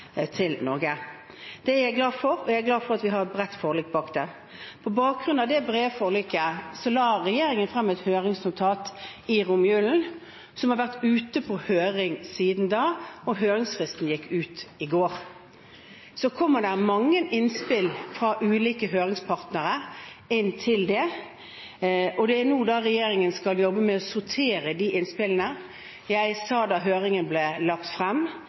til Norge. Det er jeg glad for, og jeg er glad for at vi har et bredt forlik om det. På bakgrunn av det brede forliket la regjeringen frem et høringsnotat i romjulen som har vært ute på høring siden da. Høringsfristen gikk ut i går. Det er kommet mange innspill fra ulike høringsparter til dette. Det er nå regjeringen skal jobbe med å sortere de innspillene. Jeg sa da høringsnotatet ble lagt frem,